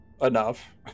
enough